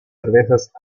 cervezas